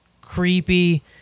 creepy